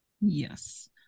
Yes